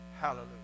hallelujah